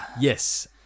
Yes